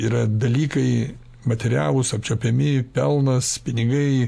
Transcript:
yra dalykai materialūs apčiuopiami pelnas pinigai